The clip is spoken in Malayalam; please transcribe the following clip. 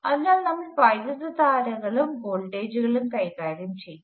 അതിനാൽ നമ്മൾ വൈദ്യുതധാരകളും വോൾട്ടേജുകളും കൈകാര്യം ചെയ്യും